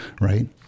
Right